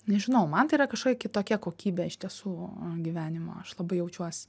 nežinau man tai yra kažkokia kitokia kokybė iš tiesų gyvenimo aš labai jaučiuosi